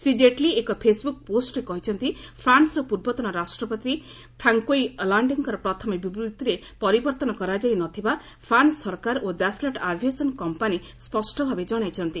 ଶ୍ରୀ କେଟ୍ଲୀ ଏକ ଫେସ୍ବୁକ୍ ପୋଷ୍ଟରେ କହିଛନ୍ତି ଫ୍ରାନ୍ସର ପୂର୍ବତନ ରାଷ୍ଟ୍ରପତି ଫ୍ରାଙ୍କୋଇ ହଲାନ୍ଦେଙ୍କର ପ୍ରଥମ ବିବୃତ୍ତିରେ ପରିବର୍ତ୍ତନ କରାଯାଇ ନଥିବା ପ୍ରାନ୍ସ ସରକାର ଓ ଦାସଲ୍ଟ୍ ଆଭିଏସନ୍ କମ୍ପାନୀ ସ୍ୱଷ୍ଟଭାବେ ଜଣାଇଛନ୍ତି